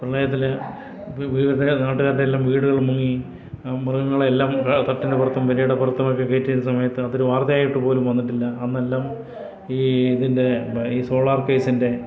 പ്രളയത്തിൽ വീട്ടുകാരുടെയും നാട്ടുകാരുടെ എല്ലാം വീടുകൾ മുങ്ങി മൃഗങ്ങളെ എല്ലാം തട്ടിൻ്റെ പുറത്തും പുരയുടെ പുറത്തുമൊക്കെ കയറ്റി ഇരുത്തുന്ന സമയത്ത് അതൊരു വാർത്ത ആയിട്ട് പോലും വന്നിട്ടില്ല അന്നെല്ലാം ഈ ഇതിൻ്റെ ഈ സോളാർ കേസിൻ്റെ